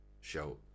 show